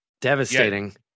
Devastating